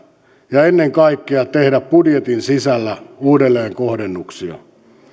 ja ennen kaikkea tehdä budjetin sisällä uudelleenkohdennuksia